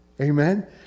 Amen